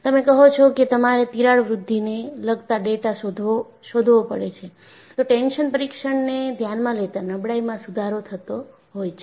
તમે કહો છો કે તમારે તિરાડ વૃદ્ધિને લગતા ડેટા શોધવો પડે છે તો ટેન્શન પરીક્ષણને ધ્યાનમાં લેતા નબળાઈમાં સુધારો થતો હોય છે